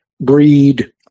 breed